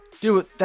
Dude